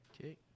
Okay